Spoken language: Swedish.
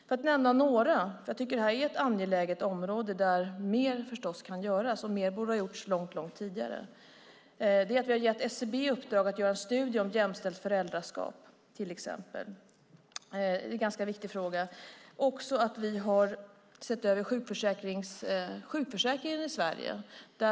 Jag ska nämna några, och jag tycker att det här är ett angeläget område där mer förstås kan göras och mer borde ha gjorts långt tidigare. Vi har gett SCB i uppdrag att göra en studie om jämställt föräldraskap. Det är en ganska viktig fråga. Vi har sett över sjukförsäkringen i Sverige.